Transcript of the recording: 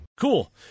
Cool